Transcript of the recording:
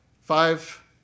Five